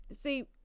see